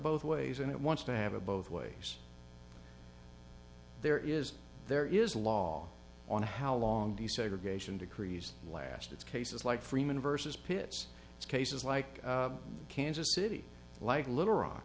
both ways and it wants to have a both ways there is there is a law on how long desegregation decrees last it's cases like freeman versus pitts it's cases like kansas city like litt